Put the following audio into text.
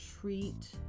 treat